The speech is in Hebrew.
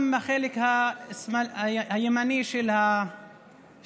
גם החלק הימני של האולם,